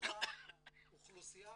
לאותה אוכלוסייה